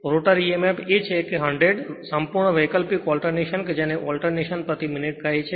rotor emf એ છે કે 100 સંપૂર્ણ વૈકલ્પિક ઓલ્ટરનેશન કે જેને ઓલ્ટરનેશન પ્રતિ મિનિટ કહે છે